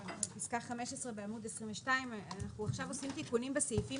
פסקה (15) בעמוד 22. אנחנו עכשיו עושים תיקונים בסעיפים